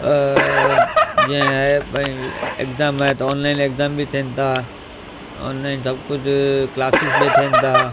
जीअं आहे भई एक्ज़ाम आहे त ऑनलाइन एक्ज़ाम थियनि था ऑनलाइन सभु कुझु क्लासिस बि थियनि था